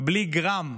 בלי גרם,